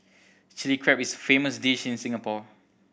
Chilli Crab is a famous dish in Singapore